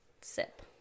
sip